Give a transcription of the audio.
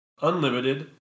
Unlimited